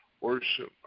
worship